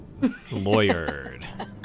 lawyered